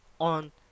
on